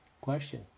Question